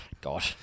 God